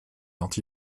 anti